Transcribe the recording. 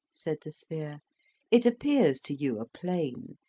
said the sphere it appears to you a plane,